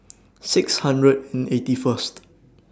six hundred and eighty First